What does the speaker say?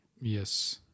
Yes